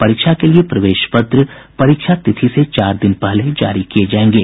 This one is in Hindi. परीक्षा के लिए प्रवेश पत्र परीक्षा तिथि से चार दिन पहले जारी किए जायेंगे